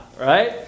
right